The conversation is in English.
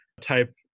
type